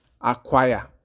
acquire